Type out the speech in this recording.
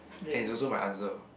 and it's also my answer